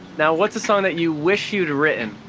now what's a song that you wish you'd written?